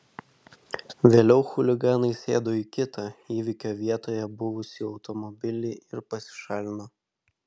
vėliau chuliganai sėdo į kitą įvykio vietoje buvusį automobilį ir pasišalino